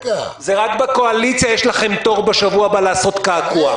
רק בקואליציה יש לכם תור בשבוע הבא לעשות קעקוע,